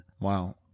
Wow